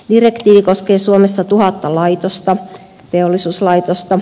direktiivi koskee suomessa tuhatta teollisuuslaitosta